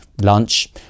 lunch